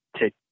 take